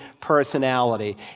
personality